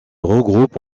regroupe